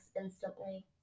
instantly